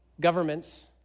governments